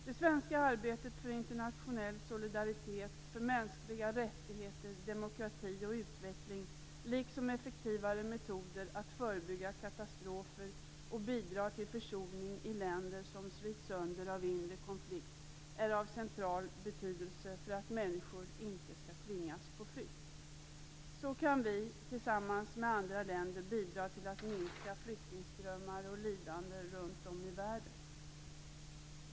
Det svenska arbetet för internationell solidaritet, för mänskliga rättigheter, demokrati och utveckling, liksom effektivare metoder att förebygga katastrofer och bidra till försoning i länder som slits sönder av inre konflikt är av central betydelse för att människor inte skall tvingas på flykt. Så kan vi tillsammans med andra länder bidra till att minska flyktingströmmar och lidande runt om i världen.